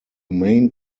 main